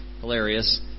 hilarious